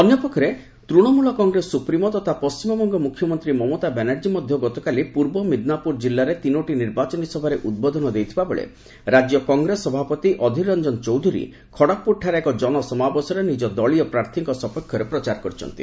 ଅପରପକ୍ଷରେ ତୃଣମୂଳ କଂଗ୍ରେସ ସୁପ୍ରିମୋ ତଥା ପଣ୍ଢିମବଙ୍ଗ ମୁଖ୍ୟମନ୍ତ୍ରୀ ମମତା ବାନାର୍ଜୀ ମଧ୍ୟ ଗତକାଲି ପୂର୍ବ ମିଦିନାପୁର ଜିଲ୍ଲାରେ ତିନୋଟି ନିର୍ବାଚନୀ ସଭାରେ ଉଦ୍ବୋଧନ ଦେଇଥିବାବେଳେ ରାଜ୍ୟ କଂଗ୍ରେସ ସଭାପତି ଅଧୀର ରଞ୍ଜନ ଚୌଧୁରୀ ଖଡ୍ଗପୁରଠାରେ ଏକ ଜନସମାବେଶରେ ନିଜ ଦଳୀୟ ପ୍ରାର୍ଥୀଙ୍କ ସପକ୍ଷରେ ପ୍ରଚାର କରିଛନ୍ତି